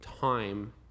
time